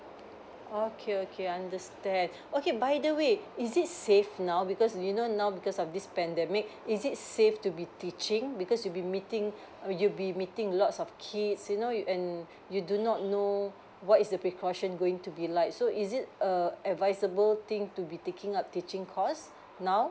okay okay understand okay by the way is it safe now because you know now because of this pandemic is it safe to be teaching because we'll be meeting you'll be meeting lots of kids you know and you do not know what is the precaution going to be like so is it err advisable thing to be taking up teaching course now